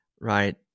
right